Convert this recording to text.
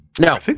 No